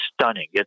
stunning